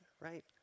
right